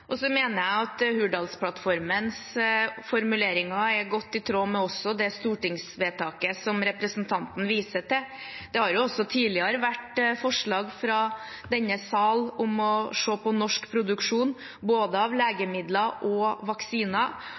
mener også at Hurdalsplattformens formuleringer er godt i tråd med det stortingsvedtaket som representanten viser til. Det har også tidligere vært forslag fra denne salen om å se på norsk produksjon av både legemidler og vaksiner,